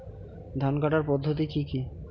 ধান কাটার পদ্ধতি কি কি?